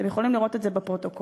אתם יכולים לראות את זה בפרוטוקול.